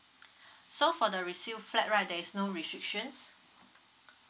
so for the resale flat right there's no restrictions